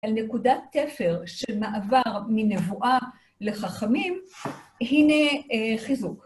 על נקודת תפר, של מעבר מנבואה לחכמים, הנה חיזוק.